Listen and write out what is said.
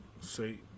say